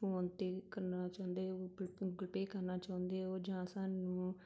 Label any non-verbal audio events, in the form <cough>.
phone 'ਤੇ ਕਰਨਾ ਚਾਹੁੰਦੇ ਹੋ <unintelligible> ਗੂਗਲ ਪੇ ਕਰਨਾ ਚਾਹੁੰਦੇ ਹੋ ਜਾਂ ਸਾਨੂੰ